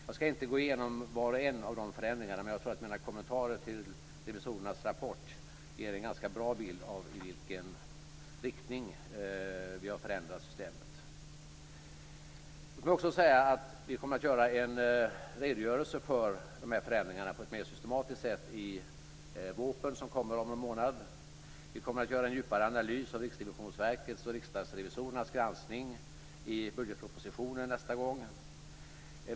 Jag ska inte gå igenom var och en av dessa förändringar, men jag tror att mina kommentarer till revisorernas rapport ger en ganska bra bild av i vilken riktning vi har förändrat systemet. Vi kommer också att lämna en redogörelse för de här förändringarna i VÅP:en, som kommer att läggas fram om en månad. Vi kommer i nästa budgetproposition att göra en djupare analys av Riksrevisionsverkets och riksdagsrevisorernas granskning.